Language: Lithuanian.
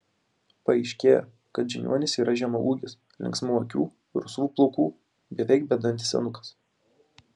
paaiškėjo kad žiniuonis yra žemaūgis linksmų akių rusvų plaukų beveik bedantis senukas